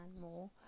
more